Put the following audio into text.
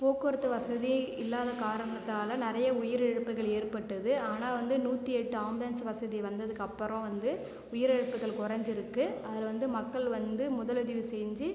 போக்குவரத்து வசதி இல்லாத காரணத்தால் நிறைய உயிர் இழப்புகள் ஏற்பட்டது ஆனால் வந்து நூற்றியெட்டு ஆம்புலன்ஸ் வசதி வந்ததுக்கு அப்புறம் வந்து உயிர் இழப்புகள் குறஞ்சி இருக்கு அதில் வந்து மக்கள் வந்து முதலுதவி செஞ்சு